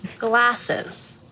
Glasses